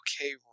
Okay